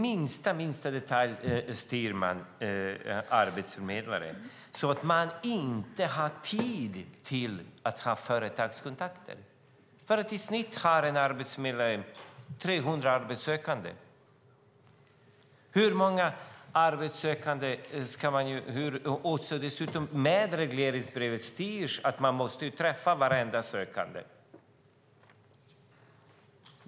Man styr arbetsförmedlarna i minsta detalj så att de inte har tid att ha företagskontakter. I snitt har en arbetsförmedlare 300 arbetssökande. Dessutom styrs det med regleringsbrevet att de måste träffa varenda sökande.